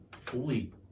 Fully